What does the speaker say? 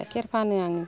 गाइखेर फानो आङो